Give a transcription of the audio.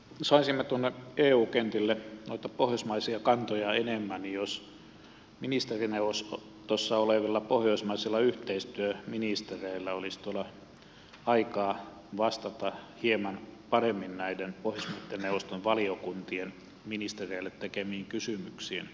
saisimme tuonne eu kentille noita pohjoismaisia kantoja enemmän jos ministerineuvostossa olevilla pohjoismaisilla yhteistyöministereillä olisi aikaa vastata hieman paremmin näiden pohjoismaiden neuvoston valiokuntien ministereille tekemiin kysymyksiin